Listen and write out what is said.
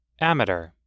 Amateur